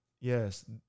Yes